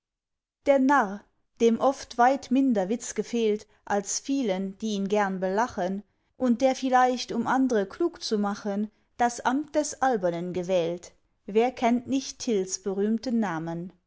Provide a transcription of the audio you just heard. der narr dem oft weit minder witz gefehlt als vielen die ihn gern belachen und der vielleicht um andre klug zu machen das amt des albernen gewählt wer kennt nicht tills berühmten namen